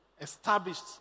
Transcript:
established